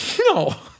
No